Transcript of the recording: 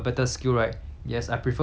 cause like